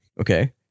Okay